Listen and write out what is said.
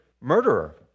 murderer